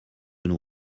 nous